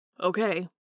Okay